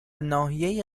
ناحیه